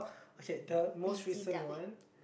okay the most recent one